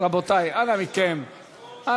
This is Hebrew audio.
אנא מכם.